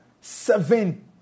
seven